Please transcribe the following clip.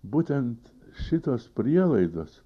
būtent šitos prielaidos